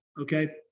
Okay